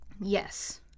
Yes